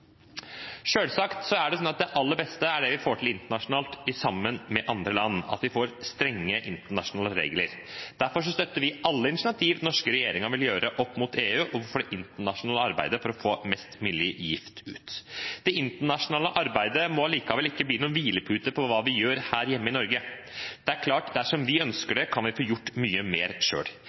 er det aller beste det vi får til internasjonalt sammen med andre land, at vi får strenge internasjonale regler. Derfor støtter vi alle initiativ den norske regjeringen vil ta overfor EU og overfor det internasjonale arbeidet for å få mest mulig gift ut. Det internasjonale arbeidet må likevel ikke bli noen hvilepute for hva vi gjør her hjemme i Norge. Dersom vi ønsker det, kan vi få gjort mye mer